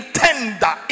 tender